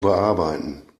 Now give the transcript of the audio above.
bearbeiten